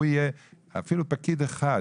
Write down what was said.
אפילו פקיד אחד,